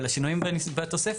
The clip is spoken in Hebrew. אבל השינויים בתוספת.